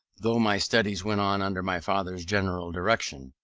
though my studies went on under my father's general direction,